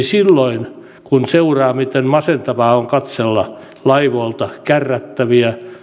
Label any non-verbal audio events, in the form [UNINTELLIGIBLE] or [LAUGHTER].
[UNINTELLIGIBLE] silloin kun seuraa miten masentavaa on katsella laivoilta kärrättäviä